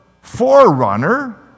forerunner